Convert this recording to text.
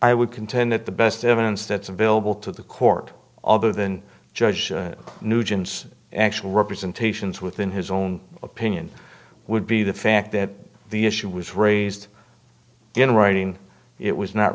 i would contend that the best evidence that's available to the court other than judge nugent's actual representations within his own opinion would be the fact that the issue was raised in writing it was not